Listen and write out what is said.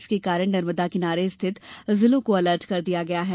इसके कारण नर्मदा किनारे स्थित जिलों को अलर्ट किया गया है